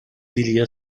délia